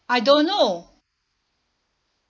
I don't know